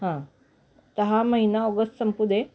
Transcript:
हां आता हा महिना ऑगस्त संपू दे